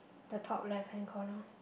the top left hand corner